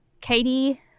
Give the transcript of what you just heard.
Katie